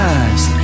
eyes